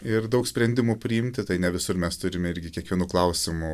ir daug sprendimų priimti tai ne visur mes turime irgi kiekvienu klausimu